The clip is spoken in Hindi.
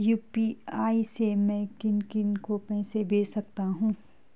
यु.पी.आई से मैं किन किन को पैसे भेज सकता हूँ?